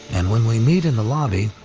and when we meet in the lobby,